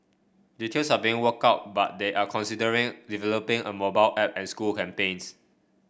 details are being worked out but they are considering developing a mobile app and school campaigns